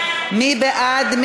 מי בעד?